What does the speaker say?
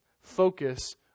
focus